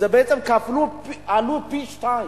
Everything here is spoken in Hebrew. בעצם עלו פי-שניים,